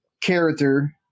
character